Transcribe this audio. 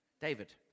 David